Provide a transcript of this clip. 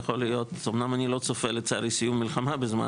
אומנם אני לא צופה לצערי סיום המלחמה בזמן